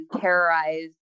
terrorize